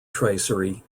tracery